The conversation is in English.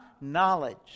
knowledge